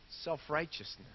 self-righteousness